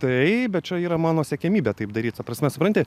taip bet čia yra mano siekiamybė taip daryt ta prasme supranti